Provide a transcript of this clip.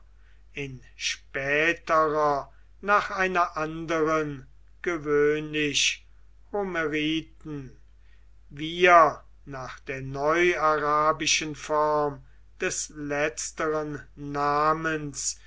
in späterer nach einer anderen gewöhnlich homeriten wir nach der neu arabischen form des letzteren namens